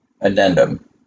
addendum